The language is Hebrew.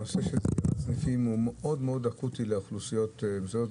נושא סגירת סניפים הוא אקוטי מאוד לאוכלוסיות שונות,